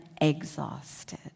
exhausted